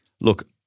Look